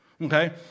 Okay